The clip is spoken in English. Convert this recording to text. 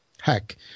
Heck